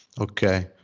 Okay